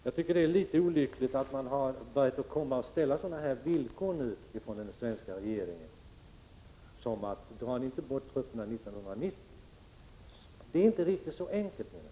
Jag tycker att det är litet olyckligt att den svenska regeringen nu börjat ställa sådana villkor som att trupperna skall ha dragits bort 1990. Det är inte riktigt så enkelt.